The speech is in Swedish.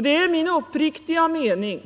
Det är också min uppriktiga mening